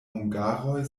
hungaroj